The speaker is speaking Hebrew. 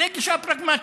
זאת גישה פרגמטית,